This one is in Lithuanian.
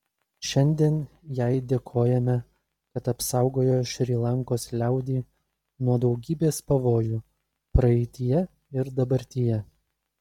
šiandien jai dėkojame kad apsaugojo šri lankos liaudį nuo daugybės pavojų praeityje ir dabartyje